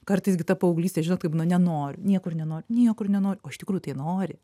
kartais gi ta paauglystė žinot kaip būna nenoriu niekur nenoriu niekur nenoriu o iš tikrųjų tai nori